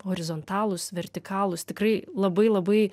horizontalūs vertikalūs tikrai labai labai